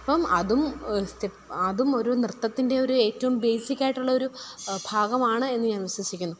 അപ്പം അതും അതും ഒരു നൃത്തത്തിൻ്റെയൊരു ഏറ്റവും ബേസിക്കായിട്ടുള്ളൊരു ഭാഗമാണ് എന്നു ഞാൻ വിശ്വസിക്കുന്നു